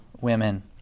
women